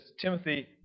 Timothy